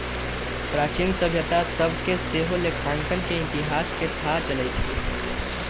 प्राचीन सभ्यता सभ से सेहो लेखांकन के इतिहास के थाह चलइ छइ